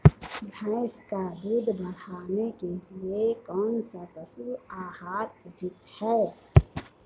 भैंस का दूध बढ़ाने के लिए कौनसा पशु आहार उचित है?